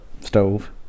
stove